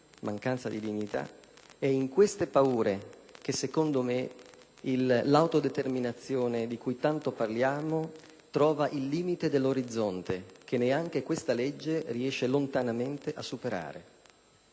mancanza di dignità), l'autodeterminazione di cui tanto parliamo trova il limite dell'orizzonte, che neanche questa legge riesce lontanamente a superare.